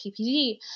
PPD